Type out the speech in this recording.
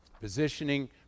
Positioning